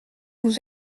vous